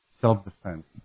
self-defense